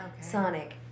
Sonic